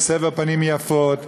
של סבר פנים יפות,